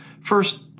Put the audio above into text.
First